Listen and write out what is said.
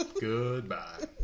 Goodbye